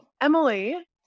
Emily